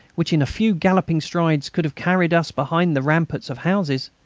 which in a few galloping strides could have carried us behind the rampart of houses,